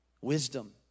Wisdom